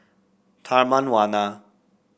Taman Warna